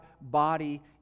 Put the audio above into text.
body